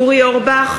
אורי אורבך,